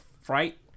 fright